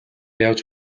явж